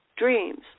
Dreams